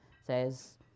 says